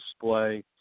display